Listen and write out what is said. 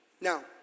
Now